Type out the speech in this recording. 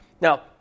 Now